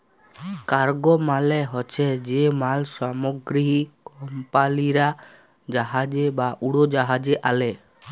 cargo মালে হছে যে মাল সামগ্রী কমপালিরা জাহাজে বা উড়োজাহাজে আলে